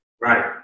Right